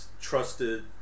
trusted